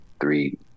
three